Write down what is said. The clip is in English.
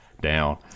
down